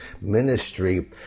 ministry